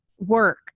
work